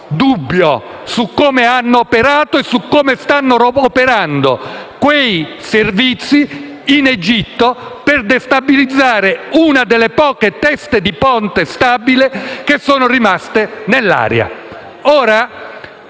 dubbio su come stanno operando e hanno operato quei servizi in Egitto per destabilizzare una delle poche teste di ponte stabili rimaste nell'area.